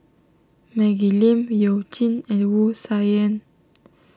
Maggie Lim You Jin and Wu Tsai Yen